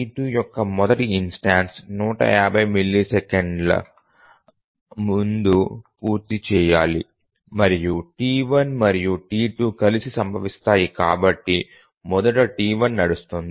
T2 యొక్క మొదటి instance 150 మిల్లీసెకన్ల ముందు పూర్తి చేయాలి మరియు T1 మరియు T2 కలిసి సంభవిస్తాయి కాబట్టి మొదట T1 నడుస్తుంది